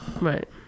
Right